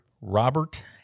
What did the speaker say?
Robert